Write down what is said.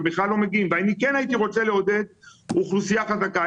אני כן הייתי רוצה לעודד אוכלוסייה חזקה.